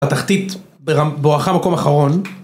התחתית בואכה מקום אחרון